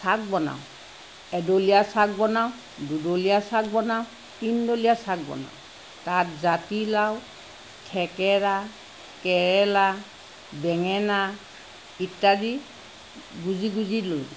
চাগ বনাওঁ এডলীয়া চাগ বনাওঁ দুডলীয়া চাগ বনাওঁ তিনিডলীয়া চাগ বনাওঁ তাত জাতিলাও থেকেৰা কেৰেলা বেঙেনা ইত্যাদি গোঁজি গোঁজি দিওঁ